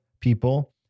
people